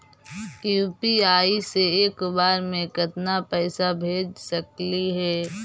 UPI से एक बार मे केतना पैसा भेज सकली हे?